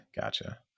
Gotcha